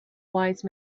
wise